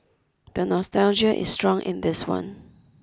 the nostalgia is strong in this one